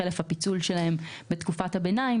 חלף הפיצול שלן בתקופת הביניים,